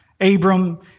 Abram